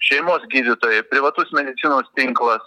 šeimos gydytojai privatus medicinos tinklas